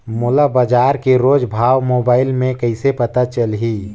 मोला बजार के रोज भाव मोबाइल मे कइसे पता चलही?